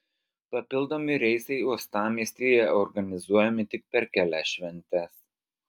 papildomi reisai uostamiestyje organizuojami tik per kelias šventes